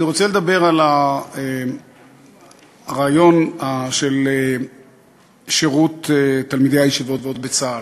אני רוצה לדבר על הרעיון של שירות תלמידי הישיבות בצה"ל.